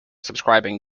subscribing